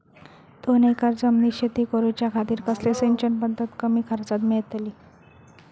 दोन एकर जमिनीत शेती करूच्या खातीर कसली सिंचन पध्दत कमी खर्चात मेलतली?